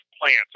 plants